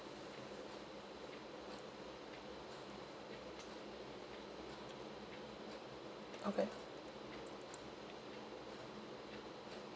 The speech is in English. okay